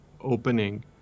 opening